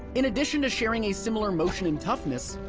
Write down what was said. in addition to sharing a similar motion in toughness,